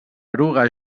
eruga